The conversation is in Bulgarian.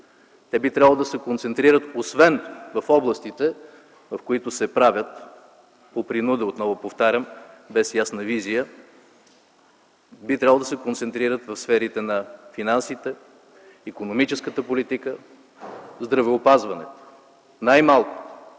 Те би трябвало да се концентрират освен в областите, в които се правят по принуда, отново повтарям, без ясна визия, би трябвало да се концентрират в сферите на финансите, икономическата политика, здравеопазването – най-малкото,